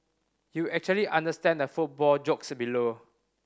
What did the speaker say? you actually understand the football jokes below